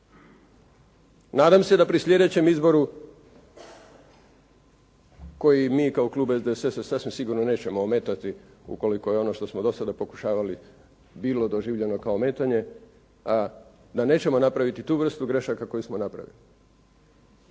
Nadam se da pri sljedećem izboru koji mi kao klub SDSS-a sasvim sigurno nećemo ometati ukoliko je ono što smo do sada pokušavali bilo doživljeno kao ometanje, a da nećemo napraviti tu vrstu grešaka koju smo napravili